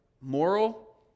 moral